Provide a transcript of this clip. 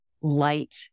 light